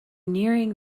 nearing